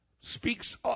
speaks